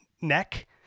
neck